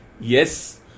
Yes